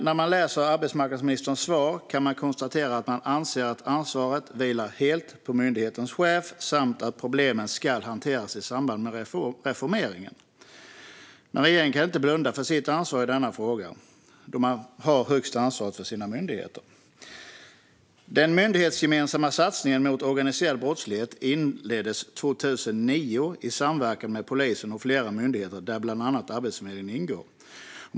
När man läser arbetsmarknadsministerns svar kan man konstatera att hon anser att ansvaret vilar helt på myndighetens chef samt att problemen ska hanteras i samband med reformeringen. Men regeringen kan inte blunda för sitt ansvar i denna fråga, då regeringen har det högsta ansvaret för sina myndigheter. Den myndighetsgemensamma satsningen mot organiserad brottslighet inleddes 2009 i samverkan mellan polisen och flera myndigheter, bland annat Arbetsförmedlingen.